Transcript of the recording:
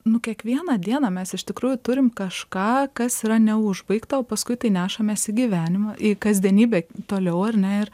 nu kiekvieną dieną mes iš tikrųjų turim kažką kas yra neužbaigta o paskui tai nešamės į gyvenimą į kasdienybę toliau ar ne ir